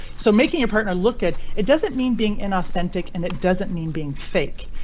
so making a partner look at it doesn't mean being inauthentic. and it doesn't mean being fake,